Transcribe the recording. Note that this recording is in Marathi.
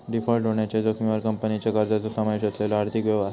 डिफॉल्ट होण्याच्या जोखमीवर कंपनीच्या कर्जाचो समावेश असलेले आर्थिक व्यवहार